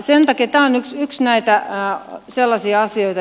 tämä on yksi näitä asioita